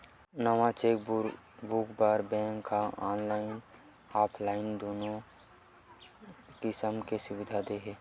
नवा चेकबूक बर बेंक ह ऑनलाईन अउ ऑफलाईन दुनो किसम ले सुबिधा दे हे